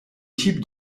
type